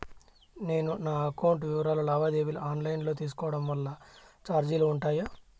నేను నా అకౌంట్ వివరాలు లావాదేవీలు ఆన్ లైను లో తీసుకోవడం వల్ల చార్జీలు ఉంటాయా?